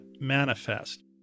manifest